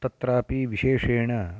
तत्रापि विशेषेण